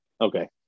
okay